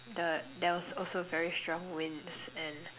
the there was also very strong winds and